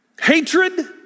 hatred